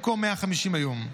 במקום 150,000 היום.